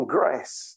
grace